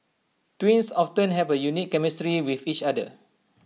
twins often have A unique chemistry with each other